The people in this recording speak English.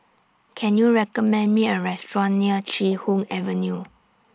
Can YOU recommend Me A Restaurant near Chee Hoon Avenue